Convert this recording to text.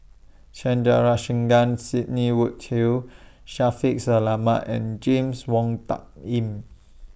Sandrasegaran Sidney Woodhull Shaffiq Selamat and James Wong Tuck Yim